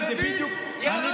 אתה מבין, ירה באוויר.